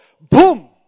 boom